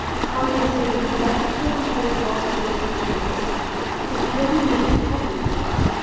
economists say the vertical and horizontal restriction of the city severely limits housing supply.